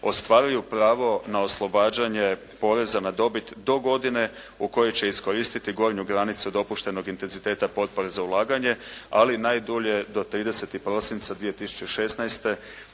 ostvaruju pravo na oslobađanje poreza na dobit do godine u kojoj će iskoristiti gornju granicu dopuštenog intenziteta potpore za ulaganje, ali najdulje do 30. prosinca 2016.